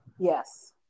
Yes